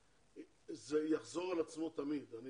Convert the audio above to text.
זה יחזור על עצמו תמיד אבל